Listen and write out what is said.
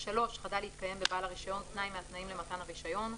חדל להתקיים בבעל הרישיון תנאי מהתנאים למתן הרישיון,